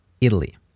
Italy